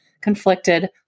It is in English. conflicted